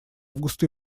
август